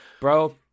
Bro